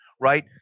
right